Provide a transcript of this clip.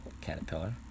Caterpillar